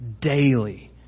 daily